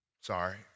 Sorry